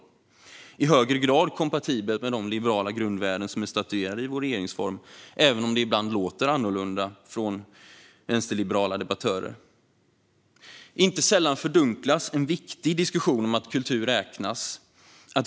Det är i högre grad kompatibelt med de liberala grundvärden som är statuerade i vår regeringsform, även om det ibland låter annorlunda från vänsterliberala debattörer. Inte sällan fördunklas en viktig diskussion om att kultur räknas.